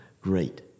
great